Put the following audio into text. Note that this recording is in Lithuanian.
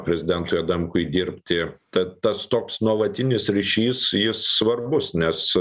prezidentui adamkui dirbti tad tas toks nuolatinis ryšys jis svarbus nes